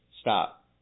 Stop